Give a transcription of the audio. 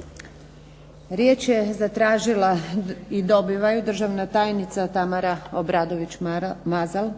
**Antunović, Željka (SDP)** Riječ je zatražila i dobiva ju državna tajnica Tamara Obradović Mazal.